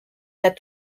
that